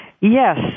Yes